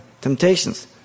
temptations